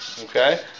Okay